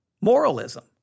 Moralism